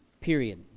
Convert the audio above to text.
period